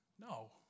No